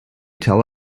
tell